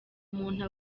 umuntu